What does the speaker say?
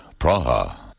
Praha